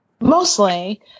Mostly